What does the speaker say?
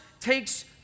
takes